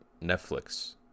Netflix